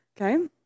Okay